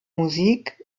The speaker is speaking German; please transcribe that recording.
musik